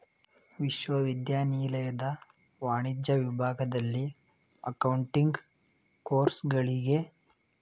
ವಿಶ್ವವಿದ್ಯಾನಿಲಯದ ವಾಣಿಜ್ಯ ವಿಭಾಗದಲ್ಲಿ ಅಕೌಂಟಿಂಗ್ ಕೋರ್ಸುಗಳಿಗೆ